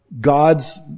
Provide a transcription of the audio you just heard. God's